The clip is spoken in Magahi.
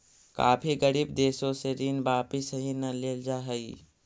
काफी गरीब देशों से ऋण वापिस ही न लेल जा हई